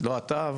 לא אתה,